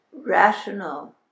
rational